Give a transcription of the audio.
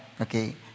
okay